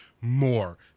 more